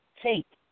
take